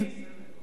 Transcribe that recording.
מופז,